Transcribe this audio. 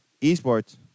Esports